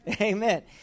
Amen